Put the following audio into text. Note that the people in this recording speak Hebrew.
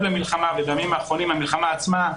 למלחמה ובימים האחרונים במלחמה עצמה,